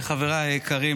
חבריי היקרים,